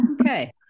Okay